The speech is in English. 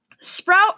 Sprout